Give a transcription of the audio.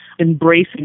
embracing